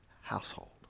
household